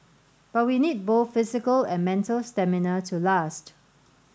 but we need both physical and mental stamina to last